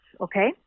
Okay